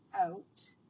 out